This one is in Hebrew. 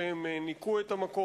שניקו אותו,